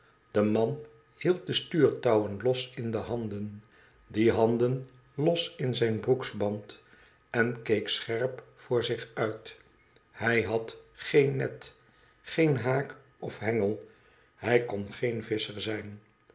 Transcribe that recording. de man hield de stuurtouwen los in de handen die handen los in zijn broeksband en keek scherp voor zich mt hij had geen net geen haak of hendel hij kon geen visscher zijn